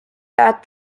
that